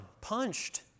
punched